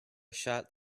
shot